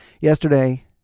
yesterday